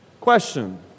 Question